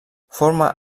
forma